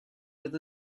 with